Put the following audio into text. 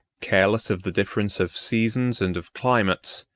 careless of the difference of seasons and of climates,